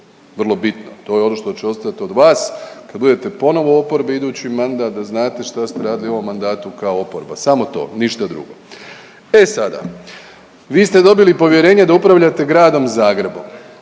vrlo bitno. To je ono što će ostati od vas kad budete ponovo u oporbi iduću mandat da znate šta ste radili u ovom mandatu kao oporba. Samo to, ništa drugo. E sada, vi ste dobili povjerenje da upravljate Gradom Zagrebom,